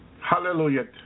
Hallelujah